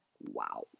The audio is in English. Wow